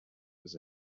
was